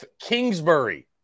Kingsbury